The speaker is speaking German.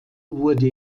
wurde